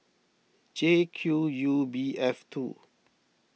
J Q U B F two